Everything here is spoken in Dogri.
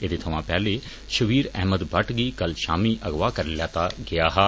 एहदे थमां पैहले शब्बीर अहमद भट्ट गी कल शामी अगवाह् करी लैता गेआ हा